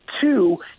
two